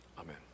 Amen